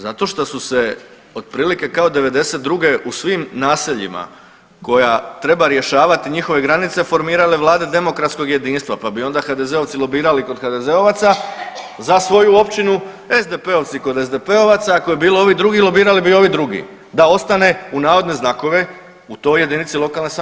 Zato šta su se otprilike kao '92. u svim naseljima koja treba rješavati njihove granice formirale vlada demokratskog jedinstva, pa bi onda HDZ-ovci lobirali kod HDZ-ovaca za svoju općinu, SDP-ovci kod SDP-ovaca, ako bi bilo ovih drugih lobirali bi ovi drugi da ostane u navodne znakove u toj JLS.